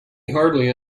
hardly